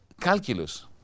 calculus